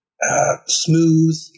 smooth